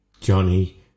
Johnny